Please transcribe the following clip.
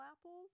apples